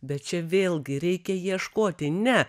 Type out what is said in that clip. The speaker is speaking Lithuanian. bet čia vėlgi reikia ieškoti ne